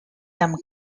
amb